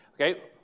Okay